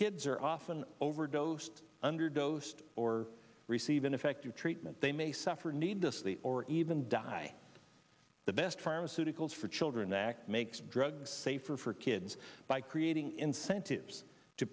kids are often overdosed underdosed or receive an effective treatment they may suffer needlessly or even die the best pharmaceuticals for children act makes drugs safer for kids by creating incentives to